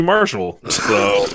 Marshall